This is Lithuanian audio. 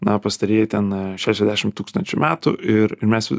na pastarieji ten šešiasdešim tūkstančių metų ir mes